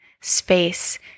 space